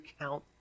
count